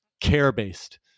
care-based